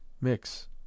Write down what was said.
Mix